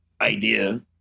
idea